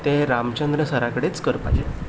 तें रामचंद्र सरा कडेच करपाचें